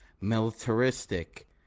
militaristic